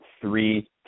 three